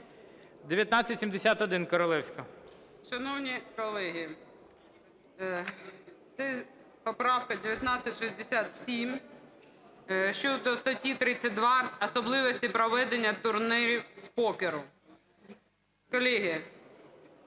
Н.Ю. Шановні колеги, це поправка 1967 щодо статті 32 "Особливості проведення турнірів з покеру". Колеги,